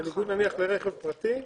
בניגוד נניח לרכב פרטי,